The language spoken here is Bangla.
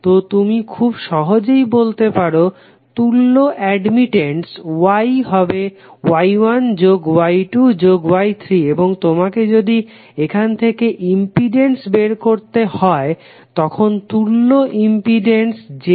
তো তুমি খুব সহজেই বলতে পারো তুল্য অ্যাডমিটেন্স Y হবে Y1 যোগ Y2 যোগ Y3 এবং তোমাকে যদি এখান থেকে ইম্পিডেন্স বের করতে হয় তখন তুল্য ইম্পিডেন্স Z হবে 1Y